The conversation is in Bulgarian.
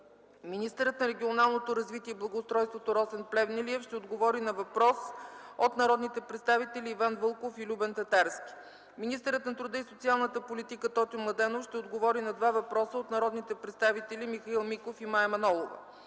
Министърът на регионалното развитие и благоустройството Росен Плевнелиев ще отговори на въпрос от народните представители Иван Вълков и Любен Татарски. Министърът на труда и социалната политика Тотю Младенов ще отговори на два въпроса от народните представители Михаил Миков и Мая Манолова.